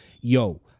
yo